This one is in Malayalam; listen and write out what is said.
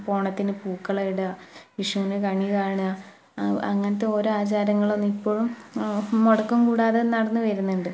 ഇപ്പോൾ ഓണത്തിന് പൂക്കളം ഇടുക വിഷുവിനു കണി കാണുക അങ്ങനത്തെ ഓരോ ആചാരങ്ങളൊന്നും ഇപ്പോഴും മുടക്കം കൂടാതെ നടന്നു വരുന്നുണ്ട്